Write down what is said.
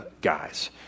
Guys